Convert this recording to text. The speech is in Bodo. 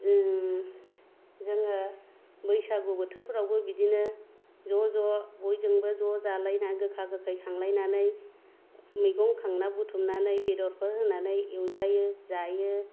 जोङो बौसागु बोथोरफोरावबो बिदिनो ज' ज' बयजोंबो ज' जालायना गोखा गोखै खांलायनानै मैगं खांना बुथुमनानै बेदरबो होनानै एवजायो जायो